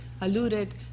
alluded